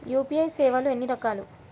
UPI సేవలు ఎన్నిరకాలు?